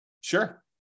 sure